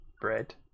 bread